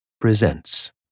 presents